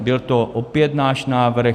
Byl to opět náš návrh.